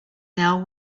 now